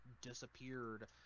disappeared